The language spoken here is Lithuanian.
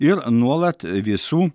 ir nuolat visų